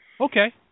Okay